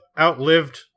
outlived